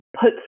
put